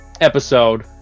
episode